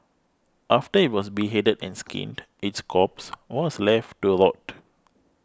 after it was beheaded and skinned its corpse was left to rot